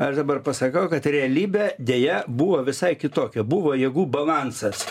aš dabar pasakau kad realybė deja buvo visai kitokia buvo jėgų balansas